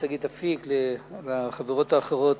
לשגית אפיק ולחברות האחרות,